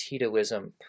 Titoism